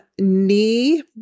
knee